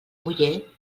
muller